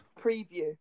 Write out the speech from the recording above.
preview